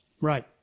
Right